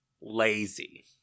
Lazy